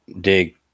dig